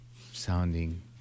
Sounding